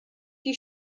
die